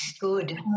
Good